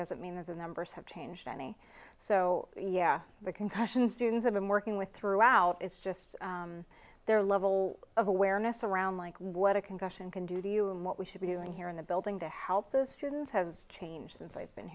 doesn't mean that the numbers have changed any so yeah the concussion students i've been working with throughout is just their level of awareness around like what a concussion can do to you and what we should be doing here in the building to help those students has changed since i've been